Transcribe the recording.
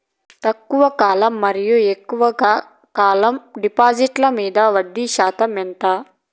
తక్కువ కాలం మరియు ఎక్కువగా కాలం డిపాజిట్లు మీద వడ్డీ శాతం ఎంత?